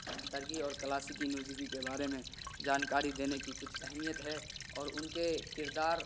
ترکی اور کلاسیکی موسیقی کے بارے میں جانکاری دینے کی کچھ اہمیت ہے اور ان کے کردار